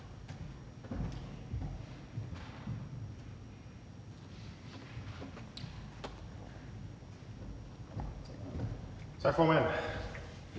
tak for det.